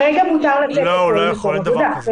כרגע מותר לצאת למקום עבודה.